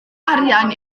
arian